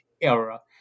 era